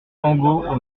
angot